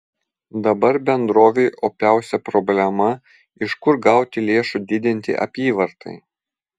dabar bendrovei opiausia problema iš kur gauti lėšų didinti apyvartai